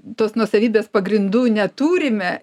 tos nuosavybės pagrindų neturime